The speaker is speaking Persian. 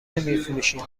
نمیفروشیم